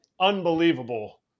unbelievable